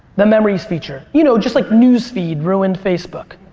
the memories feature you know just like newsfeed ruined facebook.